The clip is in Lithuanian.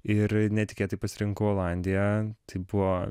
ir netikėtai pasirinkau olandiją tai buvo